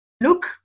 Look